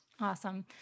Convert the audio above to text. Awesome